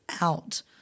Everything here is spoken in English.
out